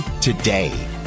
today